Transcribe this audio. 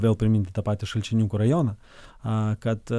vėl priminti tą patį šalčininkų rajoną kad